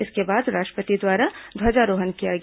इसके बाद राष्ट्रपति द्वारा ध्वजारोहण किया गया